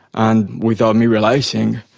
and without me realising,